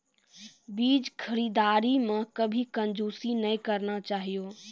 बीज खरीददारी मॅ कभी कंजूसी नाय करना चाहियो